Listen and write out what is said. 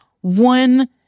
one